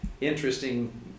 interesting